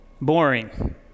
boring